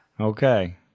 Okay